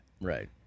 Right